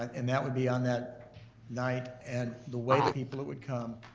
and that would be on that night. and the way that people that would come,